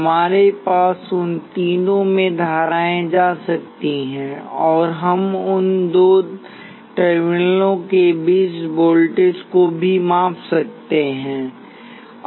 हमारे पास उन तीनों में धाराएं जा सकती हैं और हम उन दो टर्मिनलों के बीच वोल्टेज को भी माप सकते हैं